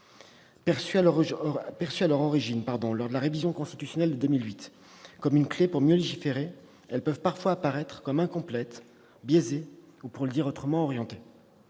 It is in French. Perçues à l'origine, lors de la révision constitutionnelle de 2008, comme une clé pour mieux légiférer, elles peuvent parfois apparaître comme incomplètes, biaisées ou, pour le dire autrement, orientées.